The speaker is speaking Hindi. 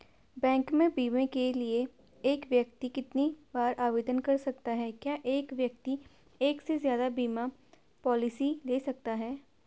बैंक में बीमे के लिए एक व्यक्ति कितनी बार आवेदन कर सकता है क्या एक व्यक्ति एक से ज़्यादा बीमा पॉलिसी ले सकता है?